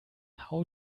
how